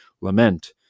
lament